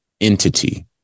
entity